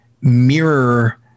mirror